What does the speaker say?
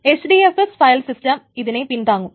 HDFS file system ഇതിനെ പിൻതാങ്ങും